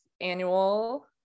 annual